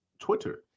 Twitter